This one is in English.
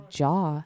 jaw